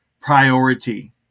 priority